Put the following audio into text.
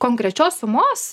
konkrečios sumos